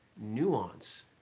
nuance